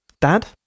Dad